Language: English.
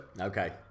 Okay